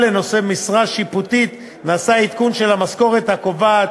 לנושא משרה שיפוטית נעשה עדכון של המשכורת הקובעת